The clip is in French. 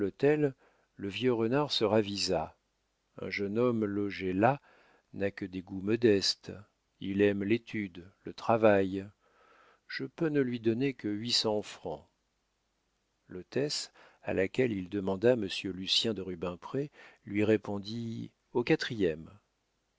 le vieux renard se ravisa un jeune homme logé là n'a que des goûts modestes il aime l'étude le travail je peux ne lui donner que huit cents francs l'hôtesse à laquelle il demanda monsieur lucien de rubempré lui répondit au quatrième